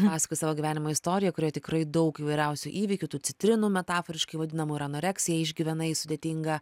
pasakoji savo gyvenimo istoriją kurioj tikrai daug įvairiausių įvykių tų citrinų metaforiškai vadinamų ir anoreksiją išgyvenai sudėtingą